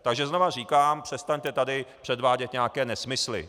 Takže znovu říkám, přestaňte tady předvádět nějaké nesmysly.